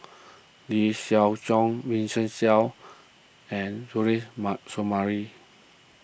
Lee Siew Choh Vincent Leow and Suzairhe Sumari